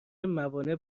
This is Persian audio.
موانع